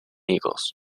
eagles